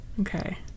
Okay